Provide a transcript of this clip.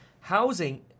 housing